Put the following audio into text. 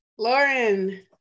Lauren